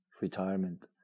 retirement